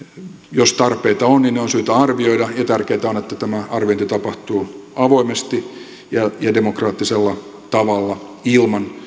jos tarpeita on niin ne on syytä arvioida ja tärkeätä on että tämä arviointi tapahtuu avoimesti ja ja demokraattisella tavalla ilman